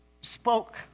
spoke